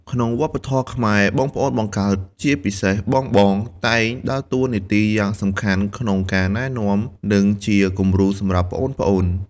ក្នុងវប្បធម៌ខ្មែរ បងប្អូនបង្កើត ជាពិសេសបងៗ តែងដើរតួនាទីយ៉ាងសំខាន់ក្នុងការណែនាំ និងជាគំរូសម្រាប់ប្អូនៗ ។